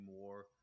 more